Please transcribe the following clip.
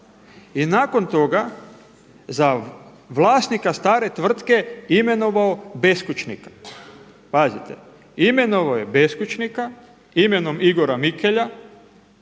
i nakon toga za vlasnika stare tvrtke imenovao beskućnika. Pazite, imenovao beskućnika imenom Igora Mikelja